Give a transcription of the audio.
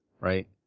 Right